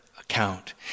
account